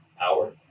Hour